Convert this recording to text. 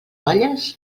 olles